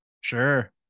Sure